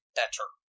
better